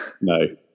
no